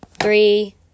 three